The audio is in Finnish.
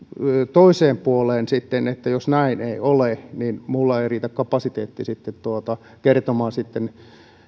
toiseen puoleen sitten jos näin ei ole minulla ei riitä kapasiteetti kertomaan sitä